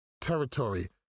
territory